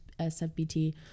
SFBT